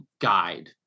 guide